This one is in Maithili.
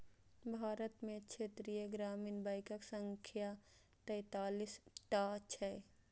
भारत मे क्षेत्रीय ग्रामीण बैंकक संख्या तैंतालीस टा छै